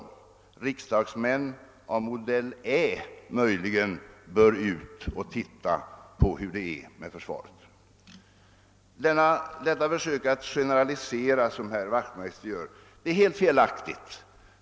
Möjligen bör riksdagsmän av modell ä ge sig ut på förbanden och se hur försvaret fungerar. Det är inte rättvist att härvidlag generalisera på det sätt som herr Wachtmeister gör.